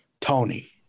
Tony